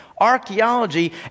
archaeology